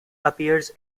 appears